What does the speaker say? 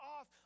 off